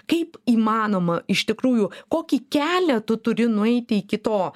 kaip įmanoma iš tikrųjų kokį kelią tu turi nueiti iki to